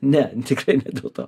ne tikrai ne dėl to